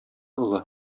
олы